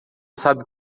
sabe